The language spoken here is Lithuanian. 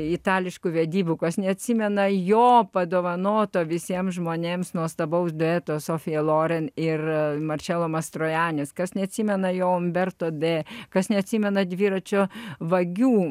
itališkų vedybų kas neatsimena jo padovanoto visiems žmonėms nuostabaus dueto sofija loren ir marčėno mastrojanis kas neatsimena jo umberto d kas neatsimena dviračio vagių